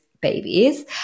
babies